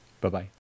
Bye-bye